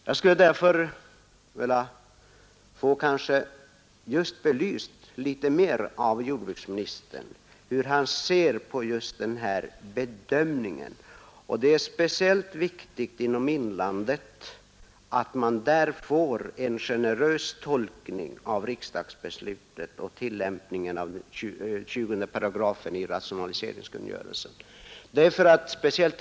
Jag skulle därför vilja få mer belyst hur jordbruksministern ser på denna bedömning. Det är speciellt viktigt att man i inlandet får en generös tolkning av riksdagsbeslutet och tillämpningen av 20 8 i rationaliseringskungörelsen.